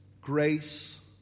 Grace